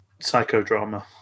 psychodrama